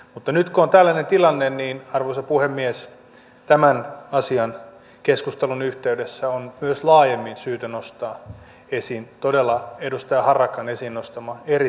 mutta nyt kun on tällainen tilanne arvoisa puhemies tämän asian keskustelun yhteydessä on myös laajemmin syytä nostaa esiin todella edustaja harakan esiin nostama eri sijoitustuotteiden neutraliteetti